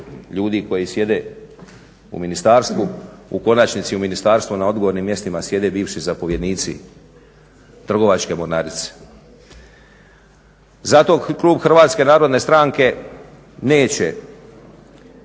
ljudi koji sjede u ministarstvu, u konačnici u ministarstvu na odgovornim mjestima sjede bivši zapovjednici Trgovačke mornarice. Zato klub HNS-a neće